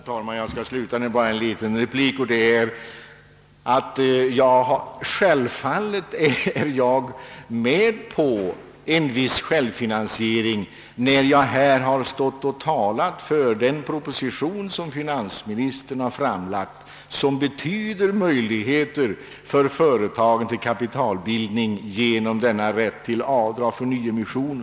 Herr talman! Jag skall avslutningsvis bara göra en liten replik. Jag är självfallet införstådd med att företagen har en viss självfinansieringsgrad, eftersom jag nu har argumenterat för den av finansministern framlagda propositionen, vilken ger möjligheter för företagen till kapitalbildning genom den föreslagna rätten till avdrag för nyemissioner.